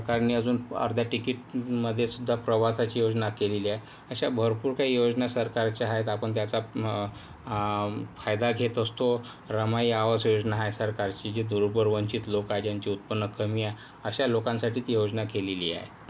सरकारने अजून अर्ध्या तिकीटमध्ये सुद्धा प्रवासाची योजना केलेली आहे अशा भरपूर काही योजना सरकारच्या आहेत आपण त्याचा फायदा घेत असतो रमाई आवास योजना आहे सरकारची जे दुर्बल वंचित लोक आहे ज्यांचे उत्पन्न कमी आहे अशा लोकांसाठी ती योजना केलेली आहे